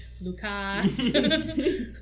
Lucas